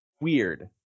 weird